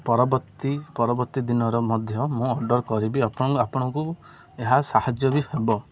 ପରବର୍ତ୍ତୀ ପରବର୍ତ୍ତୀ ଦିନର ମଧ୍ୟ ମୁଁ ଅର୍ଡ଼ର୍ କରିବି ଆପଣ ଆପଣଙ୍କୁ ଏହା ସାହାଯ୍ୟ ବି ହେବ